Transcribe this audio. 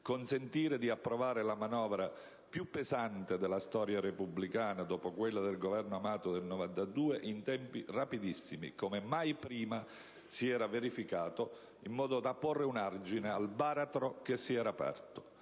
consentire di approvare la manovra più pesante della storia repubblicana, dopo quella del Governo Amato del 1992, in tempi rapidissimi, come mai prima si era verificato, in modo da porre un argine al baratro che si era aperto.